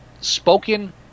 spoken